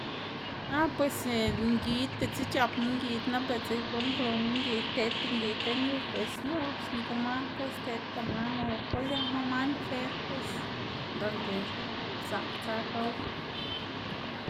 ah pues ngid diꞌtse c̲h̲apma ngid nap diꞌtse guꞌnnkluwma ngid tedtá ngid lën yu pues no nike man pues tedta man o koliaꞌma man fuer pues donde zak tsa gow.